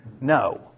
No